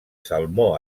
salmó